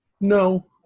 No